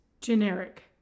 generic